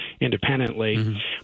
independently